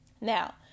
Now